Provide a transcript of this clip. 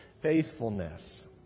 faithfulness